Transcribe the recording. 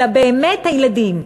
אלא באמת הילדים.